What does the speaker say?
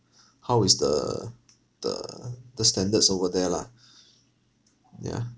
how is the the the standards over there lah mm yeah